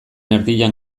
erdian